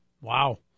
Wow